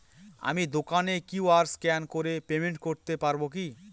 আমি দোকানে QR scan করে পেমেন্ট করতে পারবো কি?